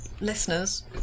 listeners